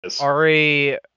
Ari